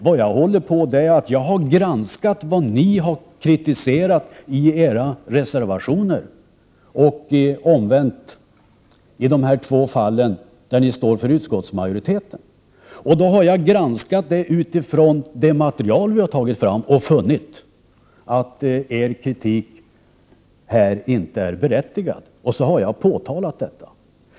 Vad jag har gjort är att jag har granskat det som ni kritiserat i era reservationer och omvänt i de två fall där ni står för utskottsmajoritetens uppfattning. Då har jag granskat detta utifrån det material som vi har tagit fram och därvid funnit att er kritik inte är berättigad. Så har jag påtalat detta.